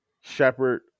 Shepard